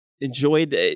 Enjoyed